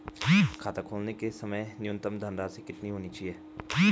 खाता खोलते समय न्यूनतम धनराशि कितनी होनी चाहिए?